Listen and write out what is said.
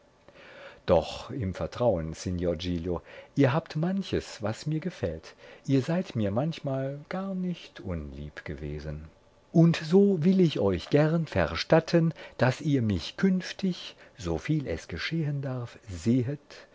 doch im vertrauen signor giglio ihr habt manches was mir gefällt ihr seid mir manchmal gar nicht unlieb gewesen und so will ich euch gern verstatten daß ihr mich künftig soviel es geschehen darf sehet